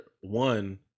one